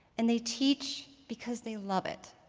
and they teach because they love it,